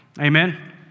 Amen